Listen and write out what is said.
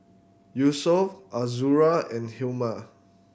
Yusuf Azura and Hilmi